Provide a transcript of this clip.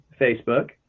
Facebook